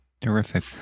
Terrific